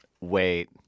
Wait